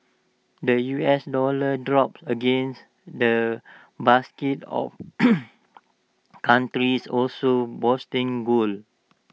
the U S dollar dropped against the basket of countries also boosting gold